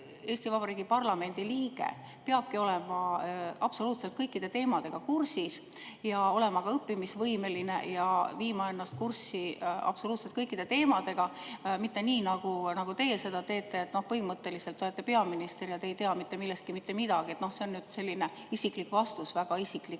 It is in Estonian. Eesti Vabariigi parlamendi liige peabki olema absoluutselt kõikide teemadega kursis, peabki olema õppimisvõimeline ja viima ennast kurssi absoluutselt kõikide teemadega. Mitte nii, nagu teie seda teete, et põhimõtteliselt olete peaminister, aga ei tea mitte millestki mitte midagi. See on selline isiklik vastus väga isiklikule